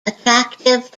attractive